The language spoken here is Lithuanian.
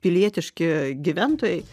pilietiški gyventojai